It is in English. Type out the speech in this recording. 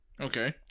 Okay